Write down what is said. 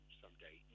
someday